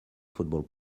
football